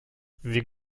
sie